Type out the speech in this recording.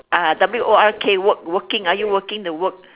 ah W O R K work working are you working the work